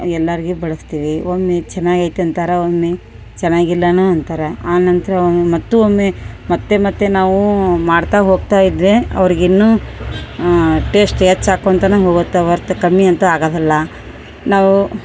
ಎಲ್ಲಾರ್ಗಿ ಬಡಸ್ತೀವಿ ಒಮ್ಮೆ ಚೆನಾಗ್ ಐತೆ ಅಂತಾರ ಒಮ್ಮೆ ಚೆನಾಗ್ ಇಲ್ಲಾನು ಅಂತಾರ ಆ ನಂತರ ಮತ್ತು ಒಮ್ಮೆ ಮತ್ತೆ ಮತ್ತೆ ನಾವು ಮಾಡ್ತಾ ಹೋಗ್ತಾ ಇದ್ದರೆ ಅವ್ರಿಗೆ ಇನ್ನು ಟೇಸ್ಟ್ ಹೆಚ್ಚಾಕೊಂತಾನ ಹೋಗತ್ತ ವರ್ತು ಕಮ್ಮಿ ಅಂತು ಆಗದಿಲ್ಲ ನಾವು